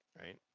right